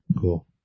Cool